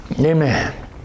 Amen